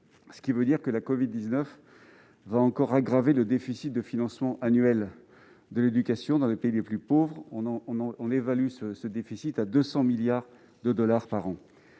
au niveau mondial. La covid-19 va donc encore aggraver le déficit de financement annuel de l'éducation dans les pays les plus pauvres, évalué à 200 milliards de dollars par an.